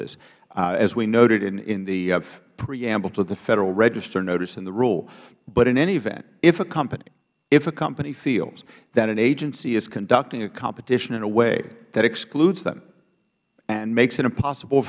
workforces as we noted in the preamble to the federal register notice in the rule but in any event if a company if a company feels that an agency is conducting a competition in a way that excludes them and makes it impossible